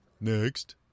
next